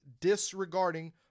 disregarding